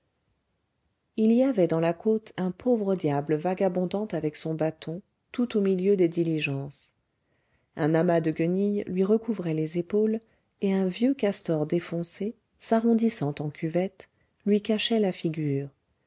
il y avait dans la côte un pauvre diable vagabondant avec son bâton tout au milieu des diligences un amas de guenilles lui recouvrait les épaules et un vieux castor défoncé s'arrondissant en cuvette lui cachait la figure